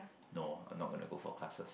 no I'm not gonna go for classes